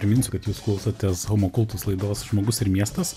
priminsiu kad jūs klausotės homo cultus laidos žmogus ir miestas